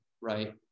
right